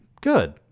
Good